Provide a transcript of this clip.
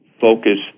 focus